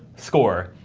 score,